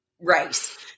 race